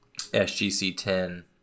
SGC-10